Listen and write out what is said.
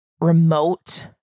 Remote